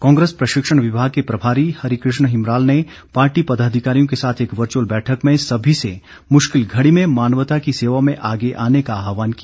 कांग्रेस प्रशिक्षण विभाग के प्रभारी हरिकृष्ण हिमराल ने पार्टी पदाधिकारियों के साथ एक वच्अल बैठक में सभी से मुश्किल घड़ी में मानवता की सेवा में आगे आने का आहवान किया